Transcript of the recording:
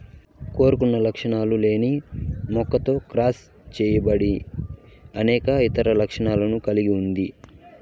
కోరుకున్న లక్షణాలు లేని మొక్కతో క్రాస్ చేయబడి అనేక ఇతర లక్షణాలను కలిగి ఉంటాది